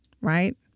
Right